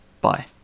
Bye